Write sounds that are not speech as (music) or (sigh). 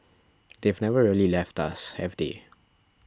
(noise) they've never really left us have they